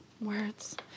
words